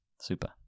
Super